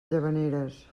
llavaneres